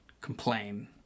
complain